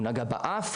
הוא נגע באף,